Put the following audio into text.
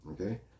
Okay